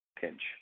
pinch